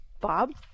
Bob